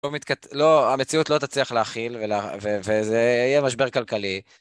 המציאות לא תצליח להכיל וזה יהיה משבר כלכלי.